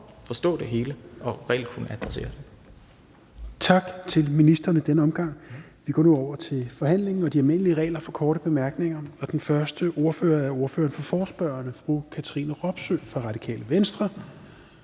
(Rasmus Helveg Petersen): Tak til ministeren i denne omgang. Vi går nu over til forhandlingen og de almindelige regler for korte bemærkninger. Den første ordfører er ordføreren for forespørgerne, fru Katrine Robsøe fra Radikale Venstre